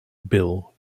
bill